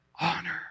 honor